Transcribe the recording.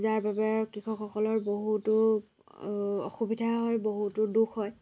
যাৰ বাবে কৃষকসকলৰ বহুতো অসুবিধা হয় বহুতো দুখ হয়